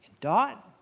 Dot